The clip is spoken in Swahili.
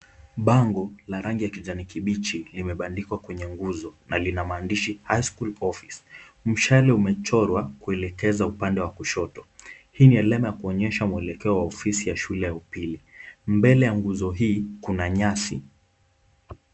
Bango la rangi ya kijani kibichi limeandikwa kwenye nguzo na lina maandishi high school office. Mshale umechorwa kuelekeza upande wa kushoto. Hii ni alama ya kuonyesha mwelekeo wa ofisi ya shule ya upili. Mbele ya nguzo hii kuna nyasi.